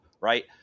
right